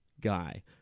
guy